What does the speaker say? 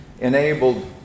enabled